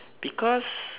because